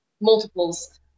multiples